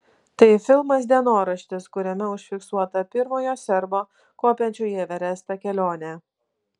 tai filmas dienoraštis kuriame užfiksuota pirmojo serbo kopiančio į everestą kelionė